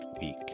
week